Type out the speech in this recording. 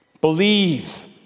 believe